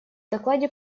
докладе